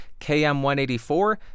km184